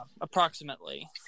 approximately